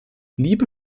liebe